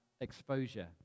exposure